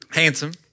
handsome